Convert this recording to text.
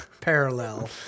parallel